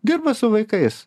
dirba su vaikais